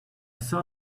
saw